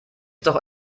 doch